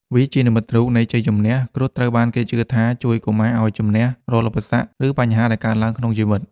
វាជានិមិត្តរូបនៃជ័យជំនះ គ្រុឌត្រូវបានគេជឿថាជួយកុមារឱ្យជម្នះរាល់ឧបសគ្គ ឬបញ្ហាដែលកើតឡើងក្នុងជីវិត។